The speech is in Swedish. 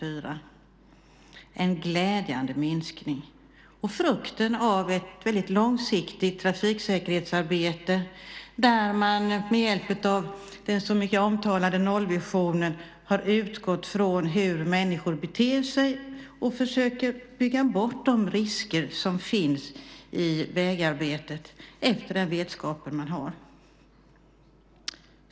Det är en glädjande minskning och frukten av ett långsiktigt trafiksäkerhetsarbete, där man med hjälp av den så omtalade nollvisionen har utgått från hur människor beter sig och försöker bygga bort de risker som finns i vägarbetet efter den vetskap man har.